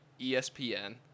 espn